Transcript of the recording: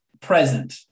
present